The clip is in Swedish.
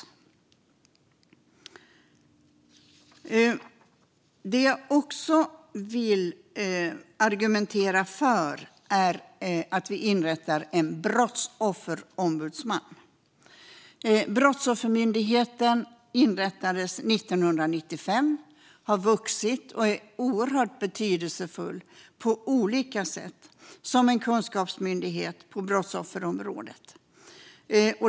Något annat jag också vill argumentera för är inrättandet av en brottsofferombudsman. Brottsoffermyndigheten inrättades 1995, och den har vuxit och är oerhört betydelsefull på olika sätt som en kunskapsmyndighet på brottsofferområdet.